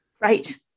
Right